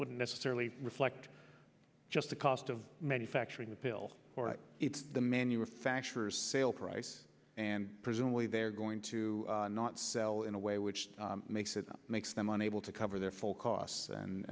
wouldn't necessarily reflect just the cost of manufacturing the pill it's the manufacturers sale price and presumably they're going to not sell in a way which makes it makes them unable to cover their full costs and